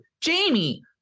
Jamie